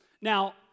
Now